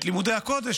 את לימודי הקודש,